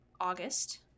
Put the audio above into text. august